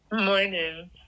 Morning